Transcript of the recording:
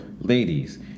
ladies